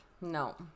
No